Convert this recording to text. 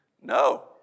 No